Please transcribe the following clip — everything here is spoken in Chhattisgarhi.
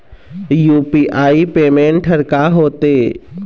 यू.पी.आई पेमेंट हर का होते?